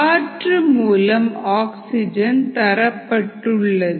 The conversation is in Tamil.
காற்று மூலம் ஆக்சிஜன் தரப்பட்டுள்ளது